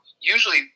usually